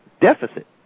deficit